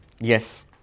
Yes